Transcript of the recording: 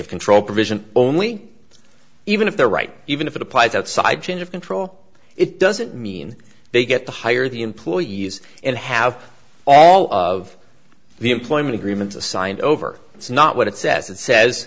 of control provision only even if they're right even if it applies outside change of control it doesn't mean they get the higher the employees and have all of the employment agreements signed over it's not what it says it says